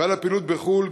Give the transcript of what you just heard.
ועל הפעילות בחו"ל,